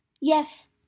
Yes